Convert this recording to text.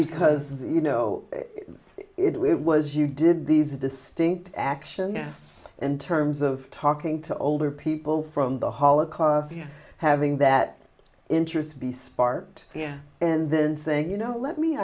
because you know it was you did these distinct action in terms of talking to older people from the holocaust having that interest be sparked and then saying you know let me